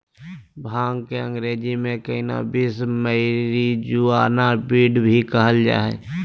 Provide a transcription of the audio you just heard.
भांग के अंग्रेज़ी में कैनाबीस, मैरिजुआना, वीड भी कहल जा हइ